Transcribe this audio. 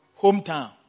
hometown